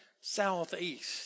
southeast